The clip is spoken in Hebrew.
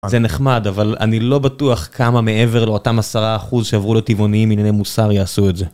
זה נחמד אבל אני לא בטוח כמה מעבר לאותם 10% שיעברו לטבעוניים מענייני מוסר יעשו את זה.